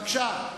בבקשה.